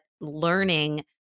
learning